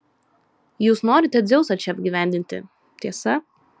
jūs norite dzeusą čia apgyvendinti tiesa